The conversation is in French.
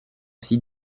aussi